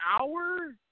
hour